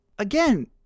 Again